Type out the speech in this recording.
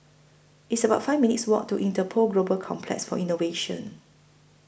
It's about five minutes' Walk to Interpol Global Complex For Innovation